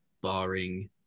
barring